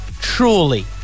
Truly